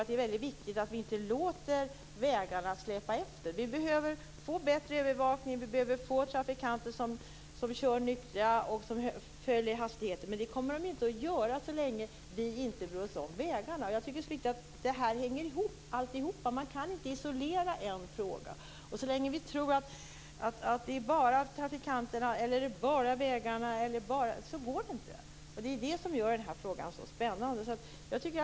Det är viktigt att vi inte låter vägarna släpa efter. Vi behöver få bättre övervakning, vi behöver få trafikanter som kör nyktra och som följer hastighetsbegränsningarna. Det kommer de inte att göra så länge vi inte bryr oss om vägarna. Allt hänger ihop. Det går inte att isolera en fråga. Så länge vi tror att det bara är fråga om trafikanterna eller det bara är fråga om vägarna går det inte. Det är det som gör frågan så spännande.